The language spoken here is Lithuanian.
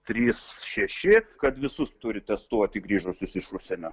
trys šeši kad visus turi testuoti grįžusius iš užsienio